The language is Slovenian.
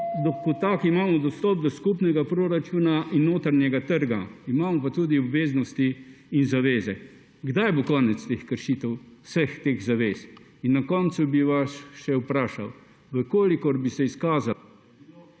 kot taka imam dostop do skupnega proračuna in notranjega trga, imamo pa tudi obveznosti in zaveze. Kdaj bo konec teh kršitev vseh teh zavez? In na koncu bi vas še vprašal, če bi se izkazalo